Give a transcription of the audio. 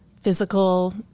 physical